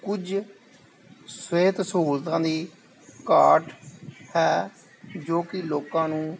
ਕੁਝ ਸਿਹਤ ਸਹੂਲਤਾਂ ਦੀ ਘਾਟ ਹੈ ਜੋ ਕਿ ਲੋਕਾਂ ਨੂੰ